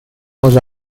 was